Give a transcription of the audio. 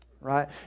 right